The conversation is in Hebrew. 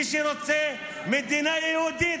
מי שרוצה מדינה יהודית,